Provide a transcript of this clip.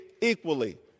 equally